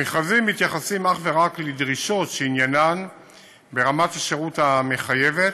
המכרזים מתייחסים אך ורק לדרישות שעניינן ברמת השירות המחייבת.